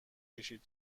کشید